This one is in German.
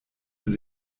sie